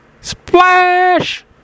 Splash